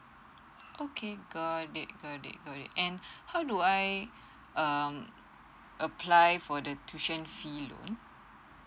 okay got it got it got it and how do I um apply for the tuition fee loan